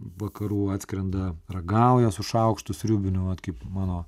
vakarų atskrenda ragauja su šaukštu sriubiniu vat kaip mano